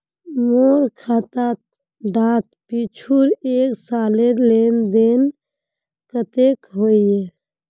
मोर खाता डात पिछुर एक सालेर लेन देन कतेक होइए?